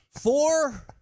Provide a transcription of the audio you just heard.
Four